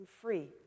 free